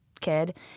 kid